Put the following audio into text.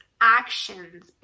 actions